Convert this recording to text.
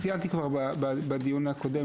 ציינתי כבר בדיון הקודם,